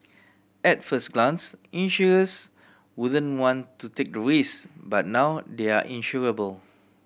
at first glance insurers wouldn't want to take the risk but now they are insurable